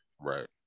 right